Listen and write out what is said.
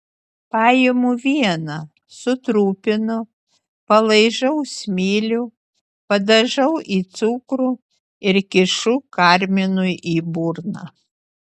paimu vieną sutrupinu palaižau smilių padažau į cukrų ir kišu karminui į burną